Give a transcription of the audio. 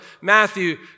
Matthew